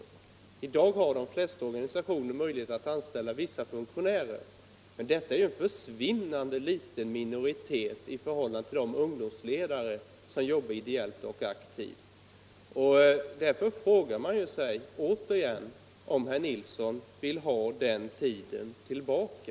I dag har de flesta organisationer möjlighet att anställa vissa funktionärer. Men det rör sig ju om en försvinnande liten minoritet i förhållande till de ungdomsledare som jobbar ideellt och aktivt. Därför frågar man sig återigen om herr Nilsson vill ha den tiden tillbaka.